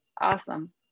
awesome